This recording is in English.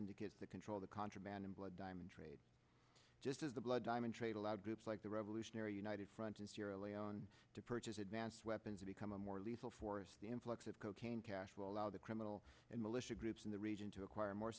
syndicates that control the contraband in blood diamond trade just as the blood diamond trade allowed groups like the revolutionary united front in sierra leone to purchase advanced weapons to become a more lethal force the influx of cocaine cash to allow the criminal and militia groups in the region to acquire more